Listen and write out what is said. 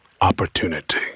opportunity